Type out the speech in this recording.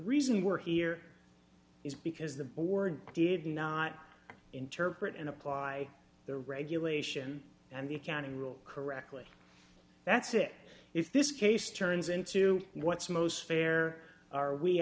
reason we're here is because the board did not interpret and apply the regulation and the accounting rule correctly that's it if this case turns into what's most fair are we